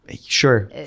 sure